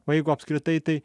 o jeigu apskritai tai